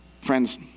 Friends